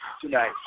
Tonight